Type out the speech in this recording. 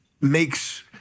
makes